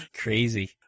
crazy